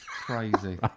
crazy